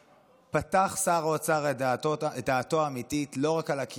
פתח שר האוצר את דעתו האמיתית לא רק על הקהילה הגאה